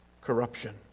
corruption